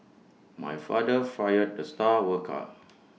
my father fired the star worker